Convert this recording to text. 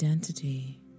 Identity